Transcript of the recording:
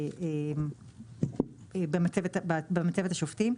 במצבת השופטים,